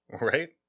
Right